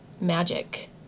magic